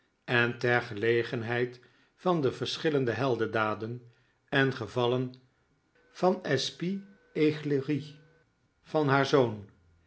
en ter gelegenheid van de verschillende heldendaden en gevallen van espieglerie van haar zoon